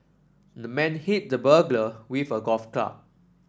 the man hit the burglar with a golf club